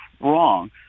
wrong